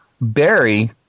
Barry